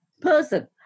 person